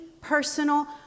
personal